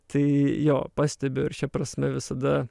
tai jo pastebiu ir šia prasme visada